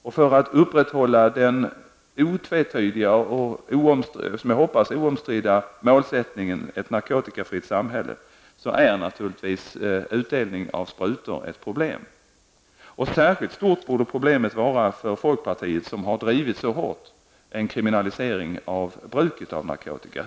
Om man vill upprätthålla det otvetydiga och -- som jag hoppas -- oomstridda målet ett narkotikafritt samhälle, utgör naturligtvis utdelningen av sprutor ett problem. Detta problem borde vara särskilt stort för folkpartiet, som så hårt har drivit kravet på en kriminalisering av bruket av narkotika.